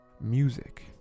music